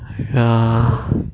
ya